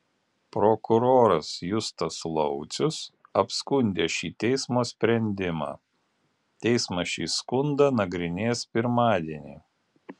prokuroras justas laucius apskundė šį teismo sprendimą teismas šį skundą nagrinės pirmadienį